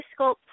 sculpt